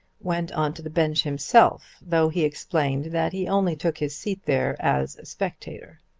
went on to the bench himself though he explained that he only took his seat there as a spectator.